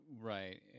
Right